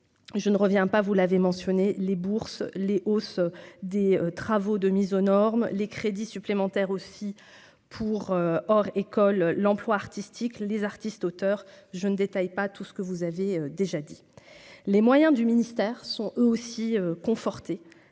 je ne reviens pas, vous l'avez mentionné les bourses, les os des travaux de mise aux normes, les crédits supplémentaires aussi pour hors école l'emploi artistique, les artistes, auteurs, je ne détaille pas tout ce que vous avez déjà dit les moyens du ministère sont eux aussi conforter